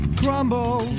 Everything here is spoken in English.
crumble